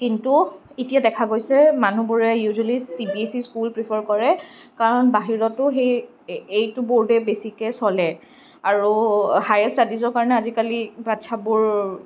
কিন্তু এতিয়া দেখা গৈছে মানুহবোৰে ইউজুৱেলী চিবিএছই স্কুল প্ৰিফাৰ কৰে কাৰণ বাহিৰতো সেই এই এইটো বোৰ্ডেই বেছিকৈ চলে আৰু হায়াৰ স্টাডীজৰ কাৰণে আজিকালি বাচ্ছাবোৰ